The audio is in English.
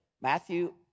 Matthew